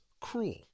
cruel